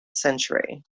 century